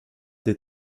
des